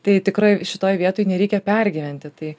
tai tikrai šitoj vietoj nereikia pergyventi tai